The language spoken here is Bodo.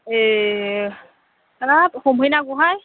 ए हाब हमहैनांगौहाय